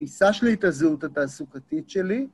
‫התפיסה שלי את הזהות התעסוקתית שלי.